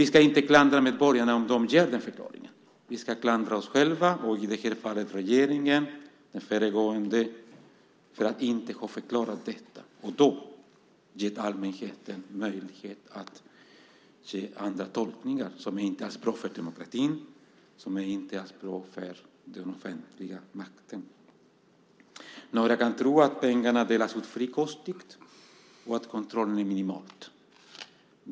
Vi ska inte klandra medborgarna om den förklaringen ges, utan vi ska klandra oss själva - i det här fallet den föregående regeringen för att inte ha förklarat detta och därmed gett allmänheten möjlighet till andra tolkningar, något som inte alls är bra för demokratin och som inte alls är bra för den offentliga makten. Några kan tro att pengarna frikostigt delas ut och att kontrollen är minimal.